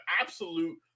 absolute